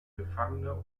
gefangene